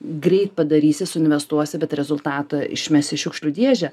greit padarysi suinvestuosi bet rezultatą išmesi į šiukšlių dėžę